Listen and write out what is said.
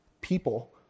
people